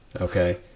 okay